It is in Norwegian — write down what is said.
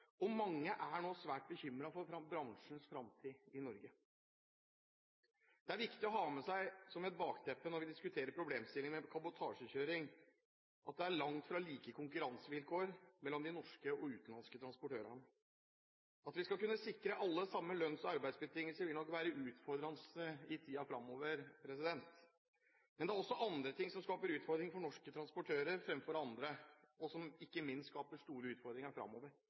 transportbransjen. Mange er nå svært bekymret for bransjens fremtid i Norge. Det er viktig å ha med seg som bakteppe når vi diskuterer problemene med kabotasjekjøring, at det er langt ifra like konkurransevilkår mellom de norske og de utenlandske transportørene. At vi skal kunne sikre alle samme lønns- og arbeidsbetingelser, vil nok være utfordrende i tiden fremover, men det er også andre ting som skaper utfordringer for norske transportører fremfor andre, og som ikke minst skaper store utfordringer